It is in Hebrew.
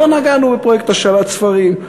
לא נגענו בפרויקט השאלת ספרים.